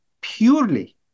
purely